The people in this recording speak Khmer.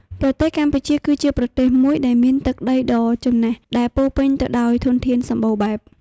ប្រទេសកម្ពុជា គឺជាប្រទេសមួយដែលមានទឹកដីដ៏ចំណាស់ដែលពោលពេញទៅដោយធនធានសម្បូរបែប។